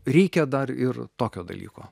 reikia dar ir tokio dalyko